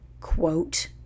quote